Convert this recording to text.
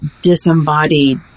disembodied